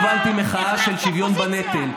אני הובלתי מחאה של שוויון בנטל,